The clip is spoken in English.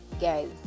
guys